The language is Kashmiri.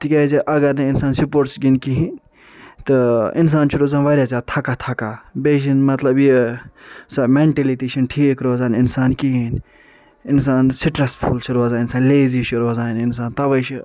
تِکیٚازِ اگر نہٕ انسان سپورٹٕس گِندِ کہیٖنۍ تہِ انسان چھُ روزان واریاہ زیادِ تھکا تھکا بییٚہِ چھِنہِ مطلب یہِ سۄ میٚنٹیلٹی چھَنہٕ ٹھیٖک روزان انسان کہیٖنۍ انسان سٹرَسفُل چھُ روزان انسان لیزی چھُ روزان انسان تؤے چھُ